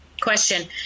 question